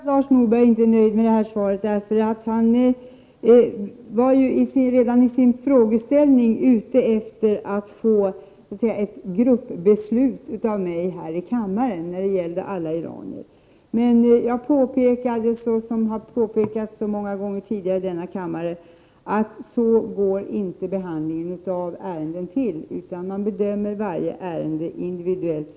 Herr talman! Jag förstår att Lars Norberg inte är nöjd med det här svaret. Han var redan i sin fråga ute efter att få ett besked om gruppbeslut av mig i kammaren när det gäller alla iranier. Jag påpekade, precis som har påpekats många gånger tidigare i kammaren, att så går inte behandlingen av ärendena till. Man prövar varje ärende individuellt.